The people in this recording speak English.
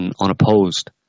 unopposed